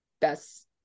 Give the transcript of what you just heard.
best